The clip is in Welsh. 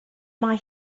mae